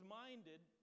minded